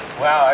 Wow